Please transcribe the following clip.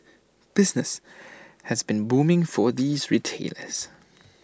business has been booming for these retailers